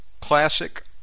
classic